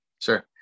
Sure